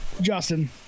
Justin